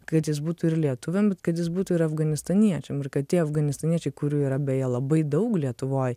kad jis būtų ir lietuviams kad jis būtų ir afganistaniečiam ir kad tie afganistaniečiai kurių yra beje labai daug lietuvoj